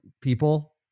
people